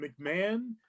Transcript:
McMahon